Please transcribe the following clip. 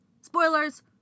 spoilers